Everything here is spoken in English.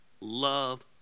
love